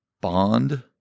bond